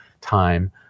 time